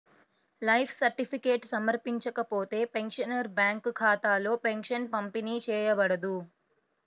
life certificate సమర్పించకపోతే, pensioner bank ఖాతాలో pension పంపిణీ చేయబడదు